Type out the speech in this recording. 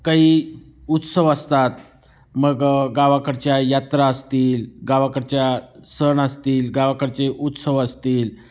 काही उत्सव असतात मग गावाकडच्या यात्रा असतील गावाकडच्या सण असतील गावाकडचे उत्सव असतील